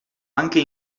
anche